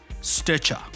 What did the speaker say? Stitcher